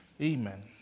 Amen